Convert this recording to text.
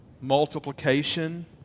multiplication